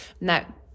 Now